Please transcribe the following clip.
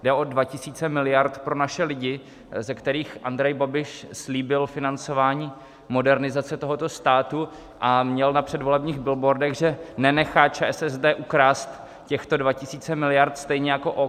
Jde o dva tisíce miliard pro naše lidi, ze kterých Andrej Babiš slíbil financování modernizace tohoto státu, a měl na předvolebních billboardech, že nenechá ČSSD ukrást těchto dva tisíce miliard stejně jako OKD.